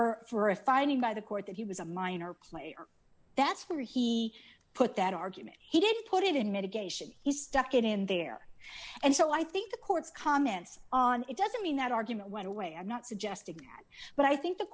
request for a finding by the court that he was a minor player that's where he put that argument he didn't put it in mitigation he stuck it in there and so i think the courts comments on it doesn't mean that argument went away i'm not suggesting that but i think the